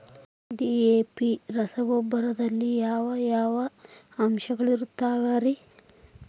DAP ರಸಗೊಬ್ಬರದಲ್ಲಿ ಯಾವ ಯಾವ ಅಂಶಗಳಿರುತ್ತವರಿ?